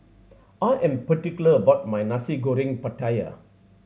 I am particular about my Nasi Goreng Pattaya